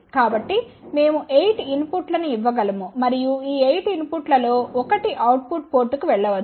కాబట్టి మేము 8 ఇన్పుట్లను ఇవ్వగలము మరియు ఈ 8 ఇన్పుట్లలో ఒకటి అవుట్ పుట్ పోర్టుకు వెళ్ళవచ్చు